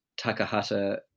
takahata